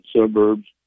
suburbs